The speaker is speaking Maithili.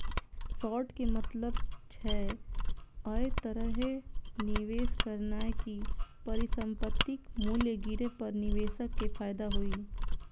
शॉर्ट के मतलब छै, अय तरहे निवेश करनाय कि परिसंपत्तिक मूल्य गिरे पर निवेशक कें फायदा होइ